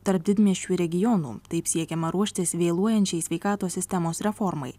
tarp didmiesčių ir regionų taip siekiama ruoštis vėluojančiai sveikatos sistemos reformai